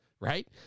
Right